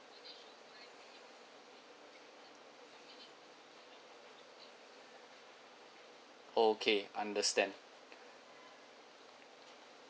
okay understand